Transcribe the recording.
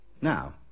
Now